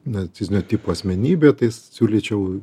narcizinio tipo asmenybė tai siūlyčiau